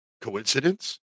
Coincidence